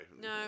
No